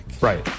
Right